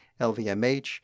LVMH